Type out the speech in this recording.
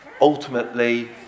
ultimately